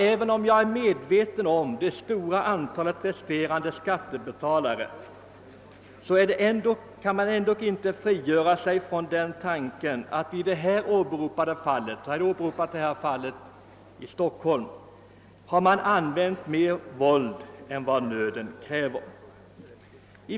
Även om man är medveten om det stora antalet skattebetalare med resterande skatter, kan man inte frigöra sig från tanken att det i fråga om det i Stockholm åberopade fallet använts mera våld än vad nöden kräver.